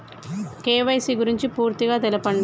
KYC గురించి పూర్తిగా తెలపండి?